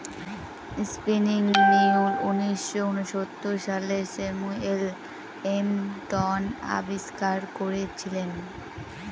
spinning mule উনিশশো ঊনসত্তর সালে স্যামুয়েল ক্রম্পটন আবিষ্কার করেছিলেন